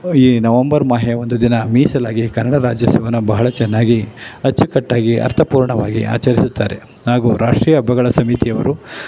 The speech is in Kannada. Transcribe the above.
ಈ ನವೆಂಬರ್ ಮಾಹೆ ಒಂದು ದಿನ ಮೀಸಲಾಗಿ ಕನ್ನಡ ರಾಜ್ಯೋತ್ಸವವನ್ನು ಬಹಳ ಚೆನ್ನಾಗಿ ಅಚ್ಚುಕಟ್ಟಾಗಿ ಅರ್ಥಪೂರ್ಣವಾಗಿ ಆಚರಿಸುತ್ತಾರೆ ಹಾಗೂ ರಾಷ್ಟ್ರೀಯ ಹಬ್ಬಗಳ ಸಮಿತಿಯವರು